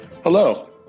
Hello